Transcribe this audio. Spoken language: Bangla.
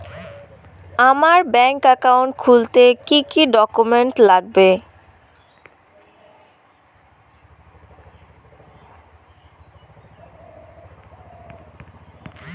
আমার ব্যাংক একাউন্ট খুলতে কি কি ডকুমেন্ট লাগবে?